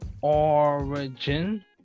origin